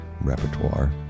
repertoire